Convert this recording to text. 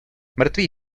mrtvý